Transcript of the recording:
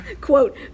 quote